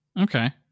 Okay